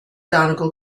donegal